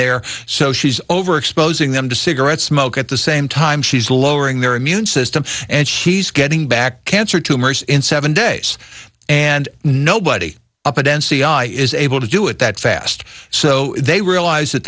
there so she's over exposing them to cigarette smoke at the same time she's lowering their immune system and he's getting back cancer tumors in seven days and nobody up at n c i is able to do it that fast so they realize that